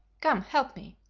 come, help me.